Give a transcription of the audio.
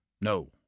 No